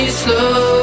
slow